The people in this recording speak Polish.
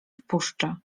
wpuszczę